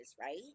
right